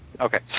Okay